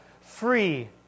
free